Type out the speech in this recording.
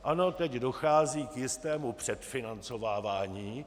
Ano, teď dochází k jistému předfinancovávání.